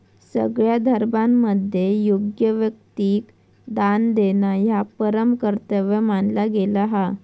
सगळ्या धर्मांमध्ये योग्य व्यक्तिक दान देणा ह्या परम कर्तव्य मानला गेला हा